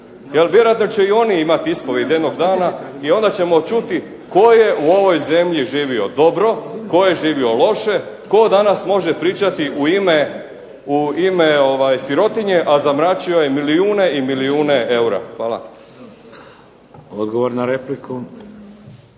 jer vjerojatno će i oni imati ispovijed jednog dana i onda ćemo čuti tko je u ovoj zemlji živio dobro, tko je živio loše, tko danas može pričati u ime sirotinje, a zamračio je milijune i milijune eura. Hvala. **Šeks,